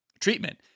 treatment